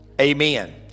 Amen